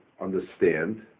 understand